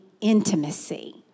intimacy